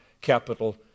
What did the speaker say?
capital